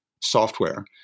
software